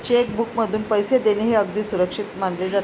check बुकमधून पैसे देणे हे अगदी सुरक्षित मानले जाते